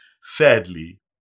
sadly